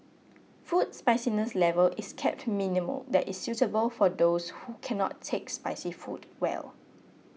food spiciness level is kept minimal that is suitable for those who cannot take spicy food well